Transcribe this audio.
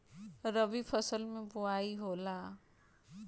रबी फसल मे बोआई होला?